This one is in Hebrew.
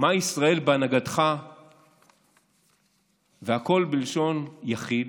ישראל בהנהגתך והכול בלשון יחיד,